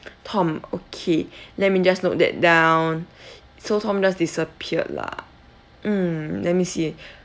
tom okay let me just note that down so tom just disappeared lah mm let me see